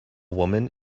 woman